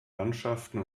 landschaften